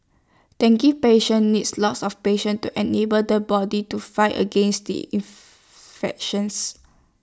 dengue patients needs lots of patient to enable the body to fight against the infections